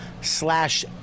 slash